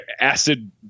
acid